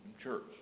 church